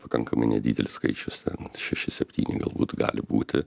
pakankamai nedidelis skaičius ten šeši septyni galbūt gali būti